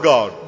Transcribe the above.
God